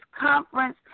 conference